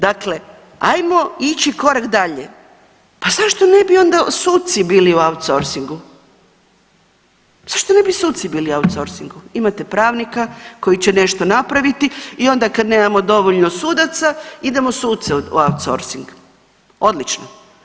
Dakle, ajmo ići korak dalje, pa zašto ne bi onda suci bili u outsourcing, zašto ne bi suci bili u outsorcingu, imate pravnika koji će nešto napraviti i onda kad nemamo dovoljno sudaca idemo suce u outsorcing, odlično.